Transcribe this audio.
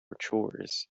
chores